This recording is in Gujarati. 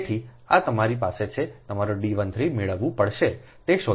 તેથી આ તમારી પાસે છે તમારે D 13 મેળવવું પડશે તે શોધવા માટે